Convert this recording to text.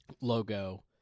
logo